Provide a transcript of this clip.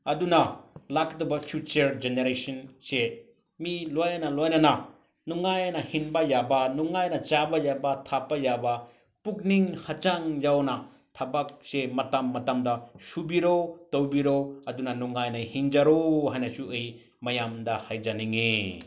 ꯑꯗꯨꯅ ꯂꯥꯛꯀꯗꯕ ꯐ꯭ꯌꯨꯆꯔ ꯖꯦꯅꯦꯔꯦꯁꯟꯁꯦ ꯃꯤ ꯂꯣꯏꯅ ꯂꯣꯏꯅꯅ ꯅꯨꯡꯉꯥꯏꯅ ꯍꯤꯡꯕ ꯌꯥꯕ ꯅꯨꯡꯉꯥꯏꯅ ꯆꯥꯕ ꯌꯥꯕ ꯊꯛꯄ ꯌꯥꯕ ꯄꯨꯛꯅꯤꯡ ꯍꯛꯆꯥꯡ ꯌꯥꯎꯅ ꯊꯕꯛꯁꯦ ꯃꯇꯝ ꯃꯇꯝꯗ ꯁꯨꯕꯤꯔꯣ ꯇꯧꯕꯤꯔꯣ ꯑꯗꯨꯅ ꯅꯨꯡꯉꯥꯏꯅ ꯍꯤꯡꯖꯔꯣ ꯍꯥꯏꯅꯁꯨ ꯑꯩ ꯃꯌꯥꯝꯗ ꯍꯥꯏꯖꯅꯤꯡꯉꯤ